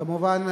כמובן,